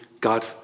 God